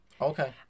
Okay